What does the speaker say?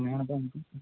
അങ്ങനെയാണ് നമുക്ക്